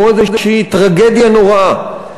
כמו איזושהי טרגדיה נוראה,